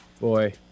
boy